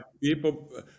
people